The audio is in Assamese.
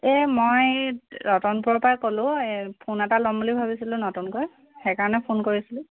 এ মই ৰতনপুৰৰ পৰা ক'লোঁ এই ফোন এটা ল'ম বুলি ভাবিছিলোঁ নতুনকৈ সেইকাৰণে ফোন কৰিছিলোঁ